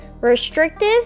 restrictive